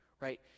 right